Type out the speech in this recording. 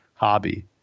hobby